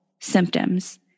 symptoms